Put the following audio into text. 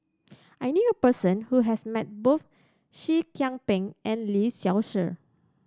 I knew a person who has met both Seah Kian Peng and Lee Seow Ser